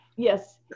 Yes